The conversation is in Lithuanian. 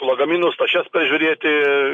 lagaminus tašes pažiūrėti